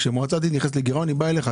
כשמועצה דתית נכנסת לגירעון היא באה אליך,